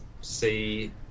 see